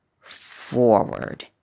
forward